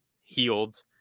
healed